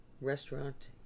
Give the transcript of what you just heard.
restaurant